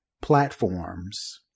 platforms